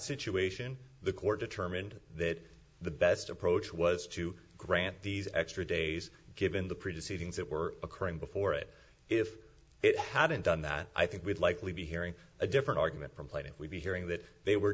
situation the court determined that the best approach was to grant these extra days given the previous sittings that were occurring before it if it hadn't done that i think we'd likely be hearing a different argument from plating we'd be hearing that they were